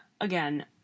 again